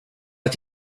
att